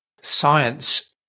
science